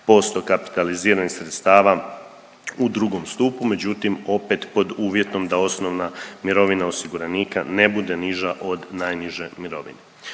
20% kapitaliziranih sredstava u II. stupu međutim opet pod uvjetom da osnovna mirovina osiguranika ne bude niža od najniže mirovine.